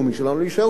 להישאר שומם.